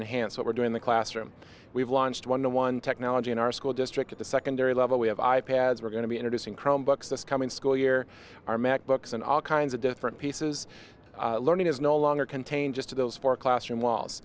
enhance what we're doing the classroom we've launched one to one technology in our school district at the secondary level we have i pads we're going to be introducing chrome books this coming school year our math books and all kinds of different pieces learning is no longer contain just to those four classroom walls